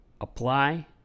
apply